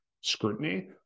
scrutiny